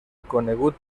conegut